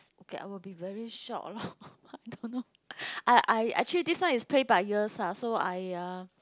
okay I will be very shocked lor I don't know I I actually this one is play by ears ah so I uh